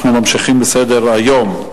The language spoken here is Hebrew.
אנחנו ממשיכים בסדר-היום,